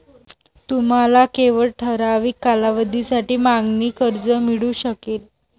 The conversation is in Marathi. तुम्हाला केवळ ठराविक कालावधीसाठी मागणी कर्ज मिळू शकेल